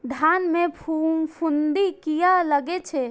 धान में फूफुंदी किया लगे छे?